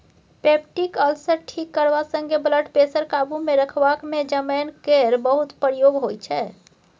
peptic ulcer ठीक करबा संगे ब्लडप्रेशर काबुमे रखबाक मे जमैन केर बहुत प्रयोग होइ छै